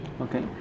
Okay